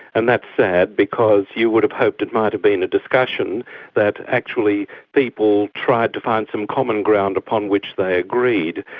and that's sad, because you would've hoped it might have been a discussion that actually people tried to find some common ground upon which they agreed,